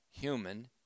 human